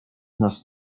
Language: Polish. nas